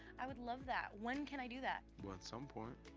i would love that. when can i do that? well, at some point